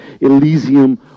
Elysium